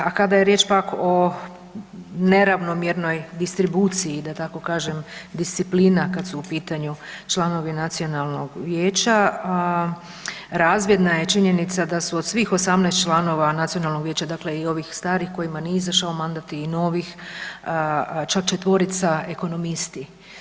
A kada je riječ pak o neravnomjernoj distribuciji da tako kažem disciplina kad su u pitanju članovi Nacionalnog vijeća razvidna je činjenica da su od svih 18 članova Nacionalnog vijeća, dakle i ovih starih kojima nije izašao mandat i novih čak četvorica ekonomisti.